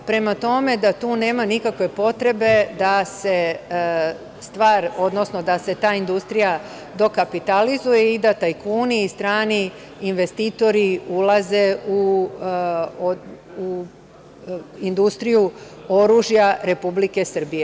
Prema tome, da tu nema nikakva potrebe da se ta industrija dokapitalizuje i da tajkuni i strani investitori ulaze u industriju oružja Republike Srbije.